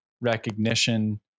recognition